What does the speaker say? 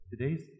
today's